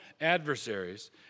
adversaries